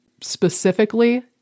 specifically